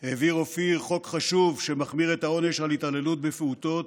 העביר אופיר חוק חשוב שמחמיר את העונש על התעללות בפעוטות,